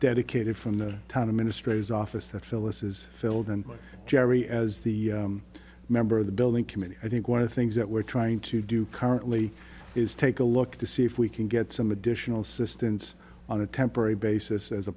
dedicated from the town of ministries office that phillis is filled and jerry as the member of the building committee i think one of the things that we're trying to do currently is take a look to see if we can get some additional systems on a temporary basis as a